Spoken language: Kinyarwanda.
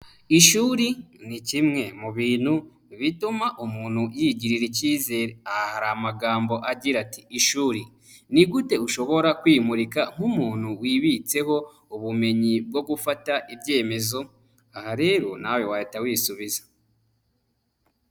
Ishuri ni kimwe mu bintu bituma umuntu yigirira ikizere. Aha hari amagambo agira ati "Ishuri ni gute ushobora kwimurika nk'umuntu wibitseho ubumenyi bwo gufata ibyemezo?" Aha rero nawe wahita wisubiza.